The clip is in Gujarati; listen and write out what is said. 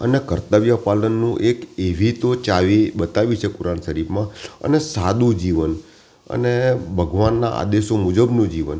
અને કર્તવ્ય પાલનનું એક એવી તો ચાવી બતાવી છે કુરાન શરીફમાં અને સાદું જીવન અને ભગવાનના આદેશો મુજબનું જીવન